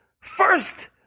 First